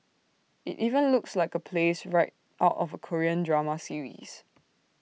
IT even looks like A place right out of A Korean drama series